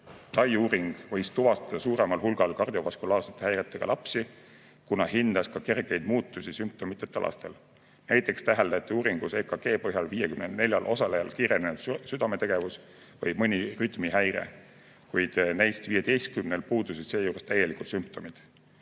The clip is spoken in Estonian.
Tai uuring võis tuvastada suuremal hulgal kardiovaskulaarsete häiretega lapsi, kuna selle käigus hinnati ka kergeid muutusi sümptomiteta lastel. Näiteks täheldati uuringus EKG põhjal 54 osalejal kiirenenud südametegevus või mõni rütmihäire, kuid neist 15-l puudusid seejuures täielikult sümptomid.